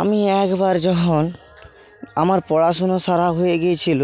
আমি একবার যখন আমার পড়াশুনো সারা হয়ে গিয়েছিল